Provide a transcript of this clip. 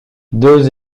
deux